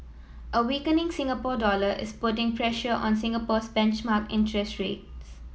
a weakening Singapore dollar is putting pressure on Singapore's benchmark interest rates